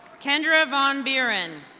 kendra von buren.